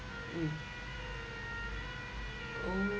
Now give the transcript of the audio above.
mm oh